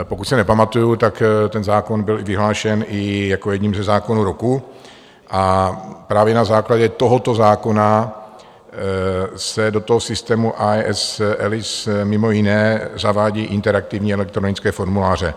Pokud se pamatuji, tak ten zákon byl vyhlášen i jako jedním ze zákonů roku, a právě na základě tohoto zákona se do toho systému IS ELS mimo jiné zavádí interaktivní elektronické formuláře.